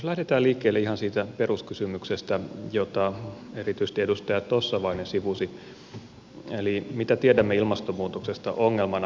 lähdetään liikkeelle ihan siitä peruskysymyksestä jota erityisesti edustaja tossavainen sivusi eli mitä tiedämme ilmastonmuutoksesta ongelmana